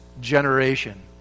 generation